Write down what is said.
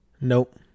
Nope